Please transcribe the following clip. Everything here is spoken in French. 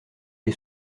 les